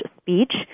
speech